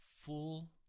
full